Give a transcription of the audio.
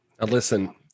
Listen